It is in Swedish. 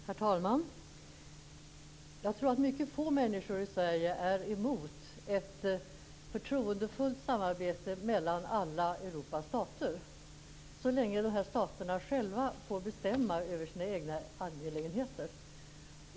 Herr talman! Jag tror att mycket få människor i Sverige är emot ett förtroendefullt samarbete mellan alla Europas stater så länge dessa stater själva får bestämma över sina egna angelägenheter.